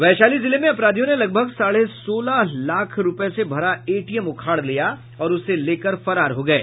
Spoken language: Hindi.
वैशाली जिले में अपराधियों ने लगभग साढ़े सोलह लाख रूपये से भरा एटीएम उखाड़ लिया और उसे लेकर फरार हो गये